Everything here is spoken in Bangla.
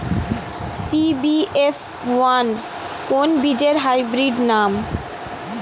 সি.বি.এফ ওয়ান কোন বীজের হাইব্রিড নাম?